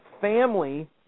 family